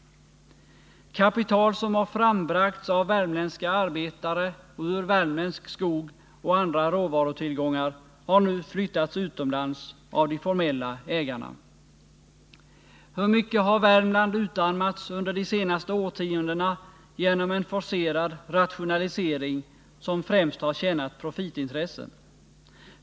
Kapital som har frambragts av värmländska arbetare, ur värmländsk skog och andra råvarutillgångar har flyttats utomlands av de formella ägarna. Hur mycket har Värmland utarmats under de senaste årtiondena genom en forcerad nationalisering, som främst har tjänat profitintressen?